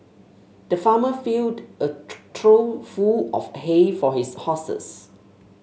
the farmer filled a trough full of hay for his horses